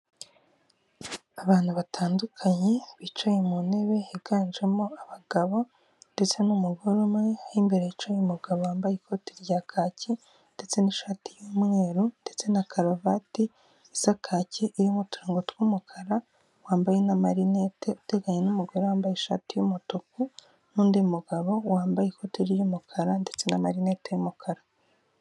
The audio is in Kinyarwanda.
Abantu batandukanye bicaye mu ntebe higanjemo abagabo ndetse n'umugore umwe, ho imbere hicaye umugabo wambaye ikoti rya kaki ndetse n'ishati y'umweru ndetse na karuvati isa kaki irimo uturongo tw'umukara wambaye n'amarinete, uteganye n'umugore wambaye ishati y'umutuku n'undi mugabo wambaye ikote ry'umukara ndetse n'amarinete y'umukara.